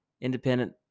independent